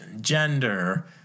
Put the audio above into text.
gender